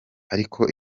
ariko